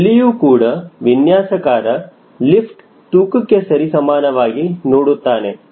ಇಲ್ಲಿಯೂ ಕೂಡ ವಿನ್ಯಾಸಕಾರ ಲಿಫ್ಟ್ ತೂಕಕ್ಕೆ ಸರಿಸಮಾನವಾಗಿ ನೋಡುತ್ತಾನೆ